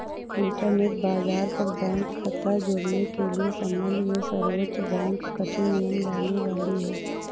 internet बाज़ार पर bank खता जुड़ने के सम्बन्ध में सर्वोच्च बैंक कठिन नियम लाने वाली है